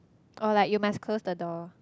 or like you must close the door